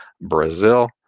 Brazil